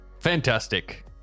Fantastic